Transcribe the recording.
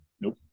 nope